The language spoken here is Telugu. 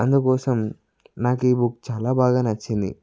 అందుకోసం నాకు ఈ బుక్ చాలా బాగా నచ్చింది